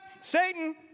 Satan